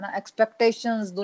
expectations